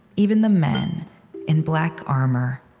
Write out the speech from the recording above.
even the men in black armor,